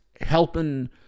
helping